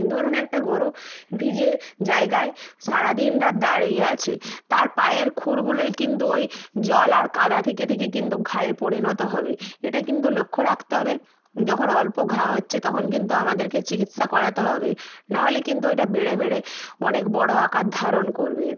ধরুন একটা গোরু ভিজে জায়গায় সারা দিন রাত দাঁড়িয়ে আছে তার পায়ের খুরগুলোয় কিন্তু ওই জল আর কাদা থেকে থেকে কিন্তু ঘায়ে পরিণত হবে এটাই কিন্তু লক্ষ্য রাখতে হবে যখন অল্প ঘা হচ্চে তখন কিন্তু আমাদেরকে চিকিৎসা করাতে হবে নাহলে কিন্তু ওইটা বেড়ে বেড়ে অনেক বড়ো আকার ধারণ করবে